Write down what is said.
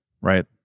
right